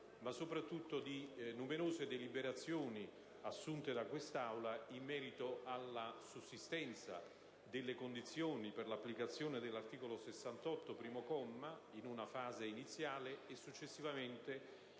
ma, soprattutto, di numerose deliberazioni assunte da questa Assemblea in merito alla sussistenza delle condizioni per l'applicazione dell'articolo 68, primo comma, in una fase iniziale e, successivamente, in